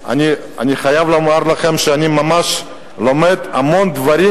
חייב לומר לכם שאני ממש לומד המון דברים